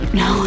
no